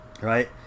right